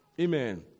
Amen